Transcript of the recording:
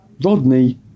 Rodney